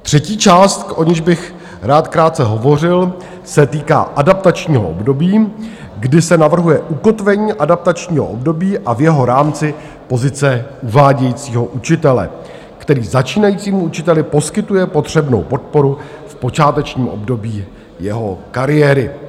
Třetí část, o níž bych krátce hovořil, se týká adaptačního období, kdy se navrhuje ukotvení adaptačního období a v jeho rámci pozice uvádějícího učitele, který začínajícímu učiteli poskytuje potřebnou podporu v počátečním období jeho kariéry.